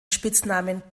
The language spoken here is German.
spitznamen